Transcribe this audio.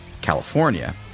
California